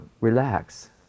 relax